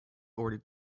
already